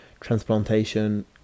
transplantation